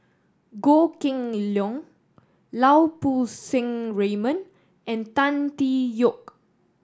Goh Kheng Long Lau Poo Seng Raymond and Tan Tee Yoke